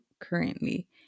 currently